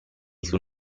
sul